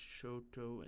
Shoto